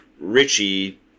Richie